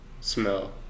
Smell